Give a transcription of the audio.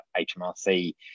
hmrc